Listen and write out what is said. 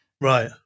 Right